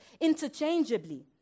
interchangeably